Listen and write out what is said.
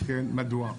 מדוע?